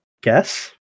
guess